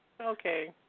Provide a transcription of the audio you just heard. Okay